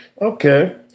Okay